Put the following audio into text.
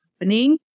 happening